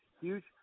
huge